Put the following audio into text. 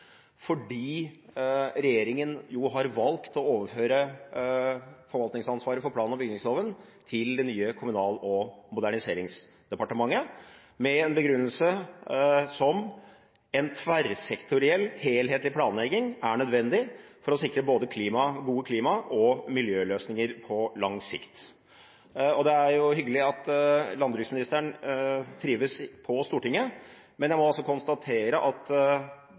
fordi regjeringen jo har valgt å overføre forvaltningsansvaret for plan- og bygningsloven til det nye Kommunal- og moderniseringsdepartementet med en begrunnelse om at en tverrsektoriell helhetlig planlegging er nødvendig for å sikre både gode klima- og miljøløsninger på lang sikt. Det er jo hyggelig at landbruksministeren trives på Stortinget, men jeg må konstatere at